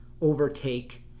overtake